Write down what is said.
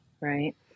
right